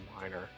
minor